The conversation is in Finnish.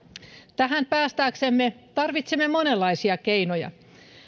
tähän päästäksemme tarvitsemme monenlaisia keinoja